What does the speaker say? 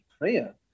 prayer